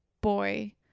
boy